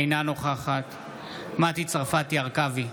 אינה נוכחת מטי צרפתי הרכבי,